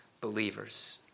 believers